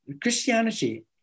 christianity